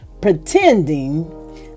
pretending